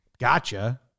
Gotcha